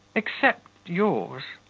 except yours.